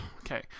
Okay